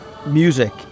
Music